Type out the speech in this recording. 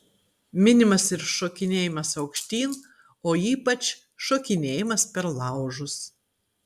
minimas ir šokinėjimas aukštyn o ypač šokinėjimas per laužus